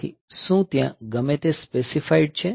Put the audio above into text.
તેથી શું ત્યાં ગમે તે સ્પેસિફાઇડ છે